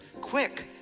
Quick